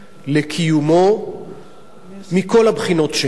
לקיומו מכל הבחינות שהן.